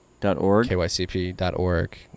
KYCP.org